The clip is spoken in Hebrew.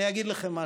אני אגיד לכם משהו,